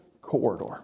corridor